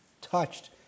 touched